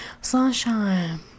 Sunshine